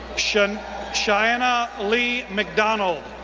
shana shana leigh mcdonald,